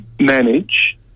manage